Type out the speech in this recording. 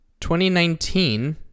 2019